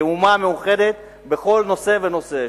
כאומה מאוחדת בכל נושא ונושא,